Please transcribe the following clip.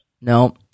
No